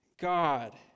God